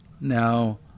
Now